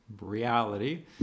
reality